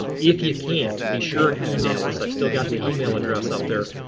if you can't, be sure and email us. i've still got the email address up there.